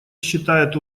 считает